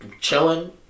Chilling